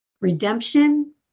redemption